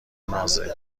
نازه